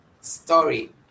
story